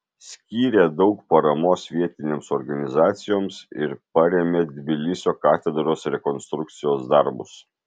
skyrė daug paramos vietinėms organizacijoms ir parėmė tbilisio katedros rekonstrukcijos darbus